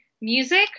music